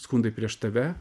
skundai prieš tave